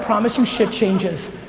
promise you, shit changes.